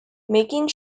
making